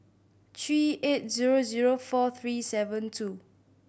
three eight zero zero four three seven two